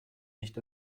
nicht